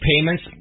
payments